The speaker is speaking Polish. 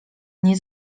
nie